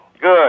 Good